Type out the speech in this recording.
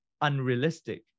unrealistic